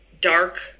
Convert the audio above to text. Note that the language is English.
dark